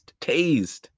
tased